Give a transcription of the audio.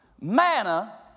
Manna